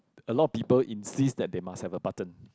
a lot of people insist that they must have a button